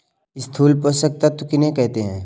स्थूल पोषक तत्व किन्हें कहते हैं?